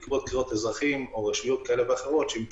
בעקבות פניות אזרחים או רשויות שמתקשרים